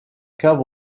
cave